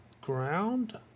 Ground